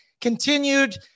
Continued